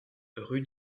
rue